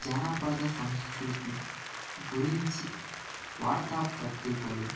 జానపద సంస్కృతి గురించి వార్తా పత్రికలు